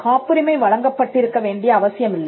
காப்புரிமை வழங்கப்பட்டிருக்க வேண்டிய அவசியமில்லை